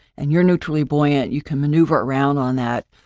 and you're neutrally buoyant, you can maneuver around on that,